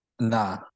Nah